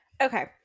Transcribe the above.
Okay